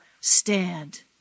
stand